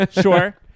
Sure